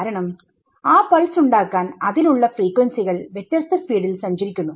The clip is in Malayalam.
കാരണം ആ പൾസ് ഉണ്ടാക്കാൻ അതിൽ ഉള്ള ഫ്രീക്വൻസികൾവ്യത്യസ്ത സ്പീഡിൽ സഞ്ചരിക്കുന്നു